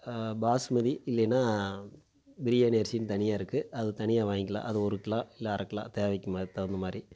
பாசுமதி இல்லைன்னா பிரியாணி அரிசின்னு தனியாக இருக்கு அது தனியாக வாங்க்கிலாம் அது ஒரு கிலோ இல்லை அரை கிலோ தேவைக்கு தகுந்த மாதிரி